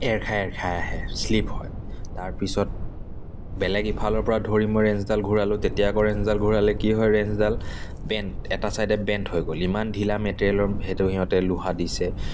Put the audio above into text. এৰ খাই এৰ খাই আহে শ্লিপ হয় তাৰপিছত বেলেগ ইফালৰ পৰা ধৰি মই ৰেঞ্চডাল ঘূৰালোঁ তেতিয়া আকৌ ৰেঞ্চডাল ঘূৰালে কি হয় ৰেঞ্চডাল বেণ্ট এটা ছাইডে বেণ্ট হৈ গ'ল ইমান ঢিলা মেটেৰিয়েলৰ সেইটো সিহঁতে লোহা দিছে